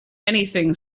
anything